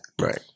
Right